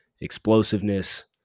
explosiveness